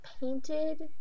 painted